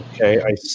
Okay